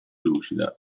lucida